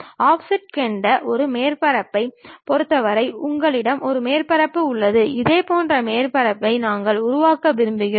offset கொண்ட ஒரு மேற்பரப்பைப் பொறுத்தவரை உங்களிடம் ஒரு மேற்பரப்பு உள்ளது இதேபோன்ற மேற்பரப்பை நாங்கள் உருவாக்க விரும்புகிறோம்